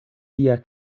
tia